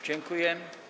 Dziękuję.